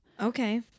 Okay